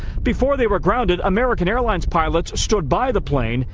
before they were grounded, american airlines pilots stood by the plane,